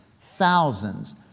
thousands